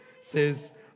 says